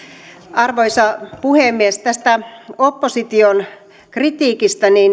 arvoisa puhemies tästä opposition kritiikistä